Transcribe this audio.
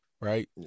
right